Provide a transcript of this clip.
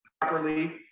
properly